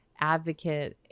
advocate